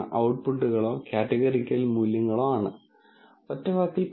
അപ്പോൾ f2 എന്ന തകരാർ ഉള്ളപ്പോൾ കാണാമായിരുന്ന ഡാറ്റയുടെ മറ്റൊരു ബ്ലോക്ക് നിങ്ങൾക്ക് ലഭിക്കും